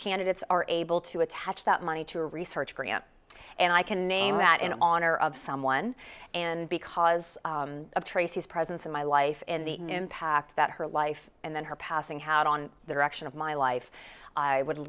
candidates are able to attach that money to research korea and i can name that in on or of someone and because of tracy's presence in my life and the impact that her life and then her passing had on the direction of my life i would